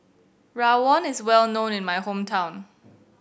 rawon is well known in my hometown